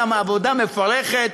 גם עבודה מפרכת,